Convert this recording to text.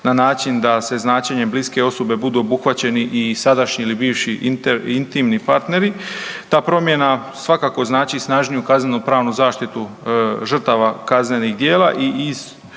na način da se značenje bliske osobe budu obuhvaćeni i sadašnji ili bivši intimni partneri. Ta promjena svakako znači snažniju kaznenopravnu zaštitu žrtava kaznenih djela i iz